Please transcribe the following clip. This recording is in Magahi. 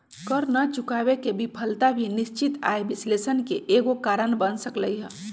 कर न चुकावे के विफलता भी निश्चित आय विश्लेषण के एगो कारण बन सकलई ह